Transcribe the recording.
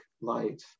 light